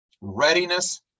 Readiness